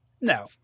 no